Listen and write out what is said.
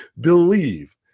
believe